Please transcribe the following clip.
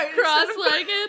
Cross-legged